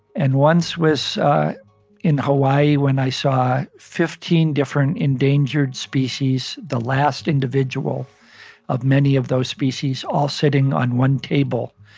and once was in hawaii when i saw fifteen different endangered species, the last individual of many of those species, all sitting on one table